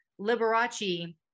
Liberace